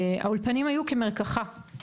האולפנים היו כמרקחה,